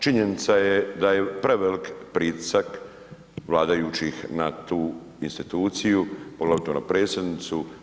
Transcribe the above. Činjenica je da je preveliki pritisak vladajućih na tu instituciju, poglavito na predsjednicu.